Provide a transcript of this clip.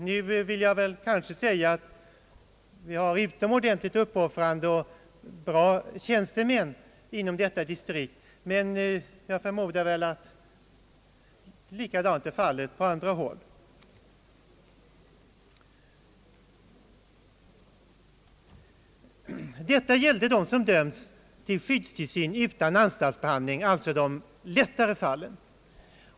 Jag vill tillägga att vi har utomordentligt bra och uppoffrande tjänstemän inom detta distrikt, men jag förmodar att detsamma är förhållandet på andra håll. Detta gällde dem som dömts till skyddstillsyn utan anstaltsbehandling, alltså de lättare fallen.